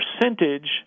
percentage